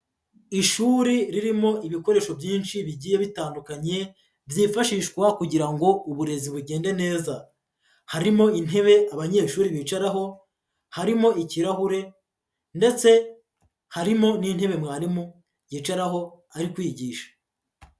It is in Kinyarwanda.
Ishuri ririmo ibikoresho byinshi bigiye bitandukanye byifashishwa kugira ngo uburezi bugende neza, harimo intebe abanyeshuri bicaraho, harimo ikirahure, ndetse harimo n'intebe mwarimu yicaraho ari kwigisha.